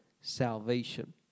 salvation